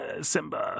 Simba